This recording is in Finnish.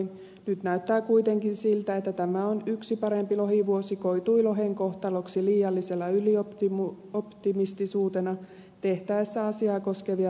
nyt näyttää kuitenkin siltä että tämä yksi parempi lohivuosi koitui lohen kohtaloksi liiallisena ylioptimistisuutena tehtäessä asiaa koskevia ratkaisuja